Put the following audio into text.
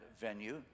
venue